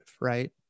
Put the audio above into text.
right